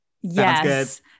Yes